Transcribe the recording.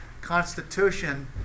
constitution